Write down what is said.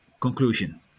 conclusion